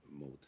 mode